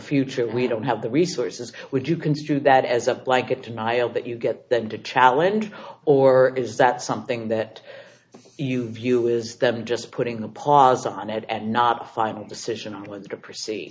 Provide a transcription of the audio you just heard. future we don't have the resources would you construe that as a blanket denial that you get them to challenge or is that something that you view is them just putting a pause on it and not a final decision on whether to proceed